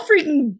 freaking